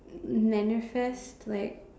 manifest like